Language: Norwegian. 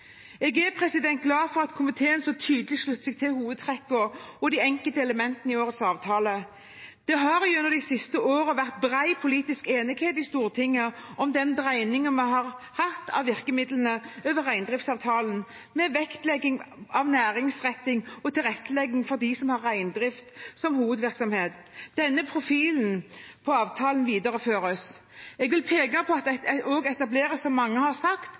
Jeg er glad for at komiteen så tydelig slutter seg til hovedtrekkene og de enkelte elementene i årets avtale. Det har gjennom de siste årene vært bred politisk enighet i Stortinget om den dreiningen man har hatt av virkemidlene over reindriftsavtalen med vektlegging av næringsretting og tilrettelegging for dem som har reindrift som hovedvirksomhet. Denne profilen på avtalen videreføres. Jeg vil peke på at det også, som mange har sagt,